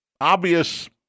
obvious